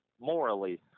morally